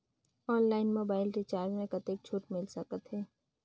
Online mobile recharge मे कतेक छूट मिल सकत हे?